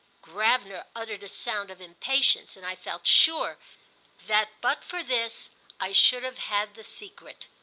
gravener uttered a sound of impatience, and i felt sure that but for this i should have had the secret.